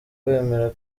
bemera